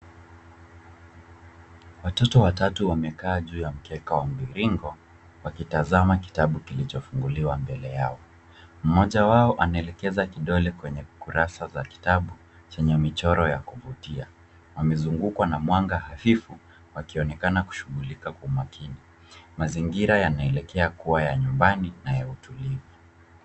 Watoto watatu wamekaa juu ya mkeka wa mviringo wakitazama kitabu kilichofunguliwa mbele yao. Mmoja wao anaelekeza kidole kwenye kurasa za kitabu chenye michoro ya kuvutia. Wamezungukwa na mwanga hafifu wakionekana kushughulika kwa makini .Mazingira yanaelekea kuwa ya nyumbani na ya utulivu.